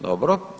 Dobro.